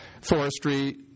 Forestry